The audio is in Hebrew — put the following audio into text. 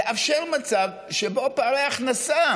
תאפשר מצב שבו פערי ההכנסה